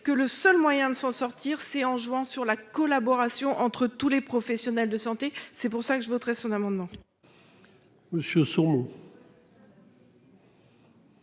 que le seul moyen de s'en sortir c'est en jouant sur la collaboration entre tous les professionnels de santé, c'est pour ça que je voterai son amendement.